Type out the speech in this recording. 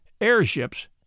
airships